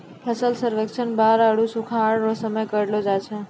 फसल सर्वेक्षण बाढ़ आरु सुखाढ़ रो समय करलो जाय छै